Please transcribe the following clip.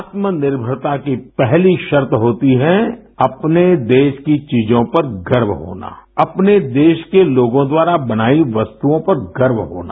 आत्मनिर्मरता की पहली शर्त होती है अपने देश की चीजों पर गर्व होना अपने देश के लोगों द्वारा बनाई वस्तुओं पर गर्व होना